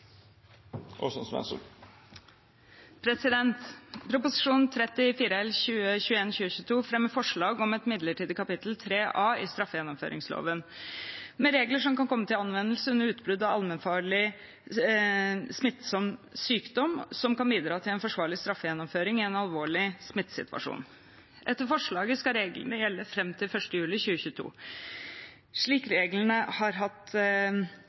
minutt. Prop. 34 L for 2021–2022 fremmer forslag om et midlertidig kapittel 3 A i straffegjennomføringsloven, med regler som kan komme til anvendelse under utbrudd av allmennfarlig smittsom sykdom, og som kan bidra til en forsvarlig straffegjennomføring i en alvorlig smittesituasjon. Etter forslaget skal reglene gjelde fram til 1. juli 2022. Slike regler har vi hatt